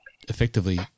effectively